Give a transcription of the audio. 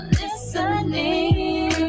listening